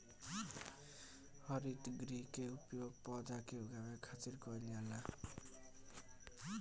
हरितगृह के उपयोग पौधा के उगावे खातिर कईल जाला